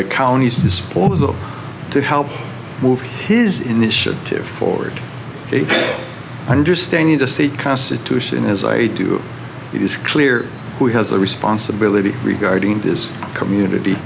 the colonies disposal to help move his initiative forward understanding to state constitution as i do it is clear who has the responsibility regarding this community